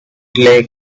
lake